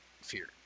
fear